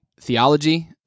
theology